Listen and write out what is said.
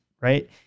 right